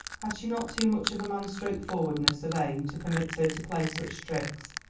had she not too much of a man's straightforwardness of aim to permit her to play such tricks?